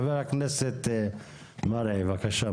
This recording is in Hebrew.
חבר הכנסת מופיד מרעי, בבקשה.